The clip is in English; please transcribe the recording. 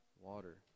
water